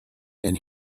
and